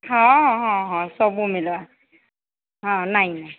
ହଁ ହଁ ହଁ ସବୁ ମିଲବା ହଁ ନାଇଁ ନାଇଁ